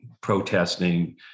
protesting